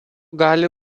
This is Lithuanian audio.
gali